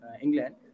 England